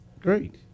Great